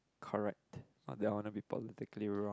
correct not that I want to be politically wrong